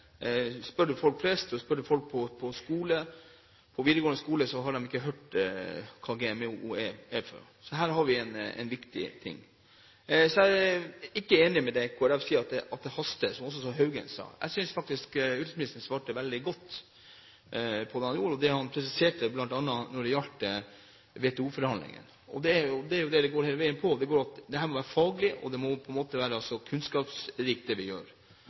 spør folk flest, folk på videregående skole, om dette, har de ikke hørt hva GMO er. Her har vi en viktig ting. Jeg er ikke enig i det Kristelig Folkeparti sier om at det haster, som også Haugen sa. Jeg synes faktisk utenriksministeren svarte veldig godt, bl.a. det han presiserte med hensyn til WTO-forhandlingene. Det er det det går på hele veien, at det vi gjør, må være faglig og kunnskapsrikt. Der vil jeg be om at man kanskje legger inn muligheter for å forske mer for å bli bedre på dette. Hvis man skal bruke det